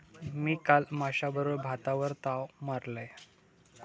मी काल माश्याबरोबर भातावर ताव मारलंय